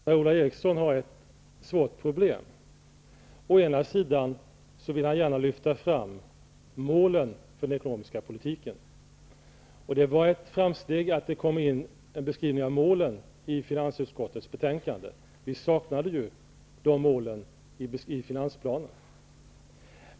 Herr talman! Per-Ola ERiksson har ett svårt problem. Han vill gärna lyfta fram målen för den ekonomiska politiken. Det var ett framsteg att det gjordes en beskrivning av målen i finansutskottets betänkande. Vi saknade ju en bekrivning av dessa mål i finansplanen.